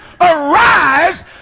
arise